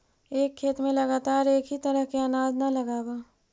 एक खेत में लगातार एक ही तरह के अनाज न लगावऽ